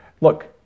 look